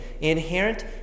inherent